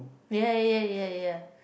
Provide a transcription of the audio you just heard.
ya ya ya ya